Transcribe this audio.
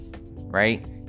right